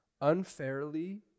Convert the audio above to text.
unfairly